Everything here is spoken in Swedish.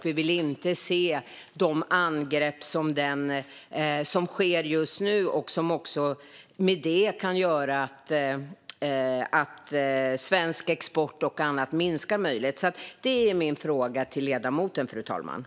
Vi vill inte se de angrepp som sker just nu och som kan medföra att svensk export med mera minskar.